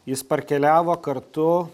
jis parkeliavo kartu